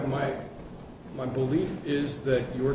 my my belief is that you were